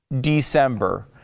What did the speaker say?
December